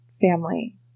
family